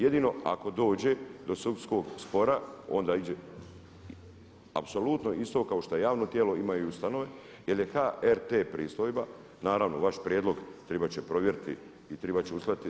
Jedino ako dođe do sudskog spora onda ide, apsolutno isto kao što je javno tijelo imaju i ustanove jer je HRT pristojba, naravno vaš prijedlog trebat će provjeriti i trebat će uskladiti.